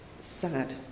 sad